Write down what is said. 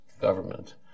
government